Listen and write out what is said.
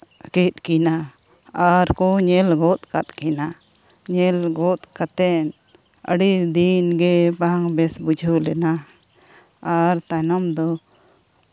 ᱠᱮᱫ ᱠᱤᱱᱟ ᱟᱨ ᱠᱚ ᱧᱮᱞ ᱜᱚᱜ ᱠᱟᱜ ᱠᱤᱱᱟ ᱧᱮᱞ ᱜᱚᱫ ᱠᱟᱛᱮ ᱟᱹᱰᱤ ᱫᱤᱱ ᱜᱮ ᱵᱟᱝ ᱵᱮᱥ ᱵᱩᱡᱷᱟᱹᱣ ᱞᱮᱱᱟ ᱟᱨ ᱛᱟᱭᱱᱚᱢ ᱫᱚ